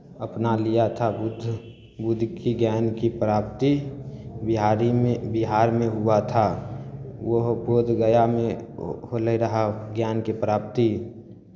अपना लिया था बुद्ध बुद्ध की ज्ञान की प्राप्ति बिहारीमे बिहारमे हुआ था वो बोधगयामे हो होलय रहै ज्ञानके प्राप्ति